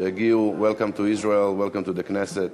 Welcome to Israel, welcome to the Knesset.